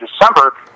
December